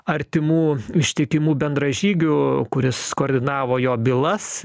artimų ištikimų bendražygių kuris koordinavo jo bylas